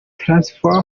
transform